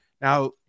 Now